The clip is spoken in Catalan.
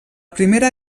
primera